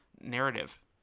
narrative